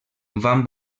van